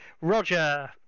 Roger